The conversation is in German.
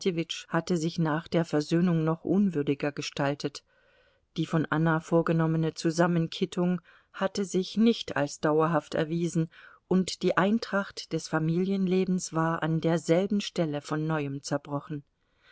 hatte sich nach der versöhnung noch unwürdiger gestaltet die von anna vorgenommene zusammenkittung hatte sich nicht als dauerhaft erwiesen und die eintracht des familienlebens war an derselben stelle von neuem zerbrochen